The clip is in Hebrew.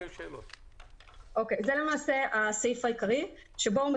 זה למעשה הסעיף העיקרי שבו הוא